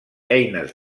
eines